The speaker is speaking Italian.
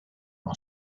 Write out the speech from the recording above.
uno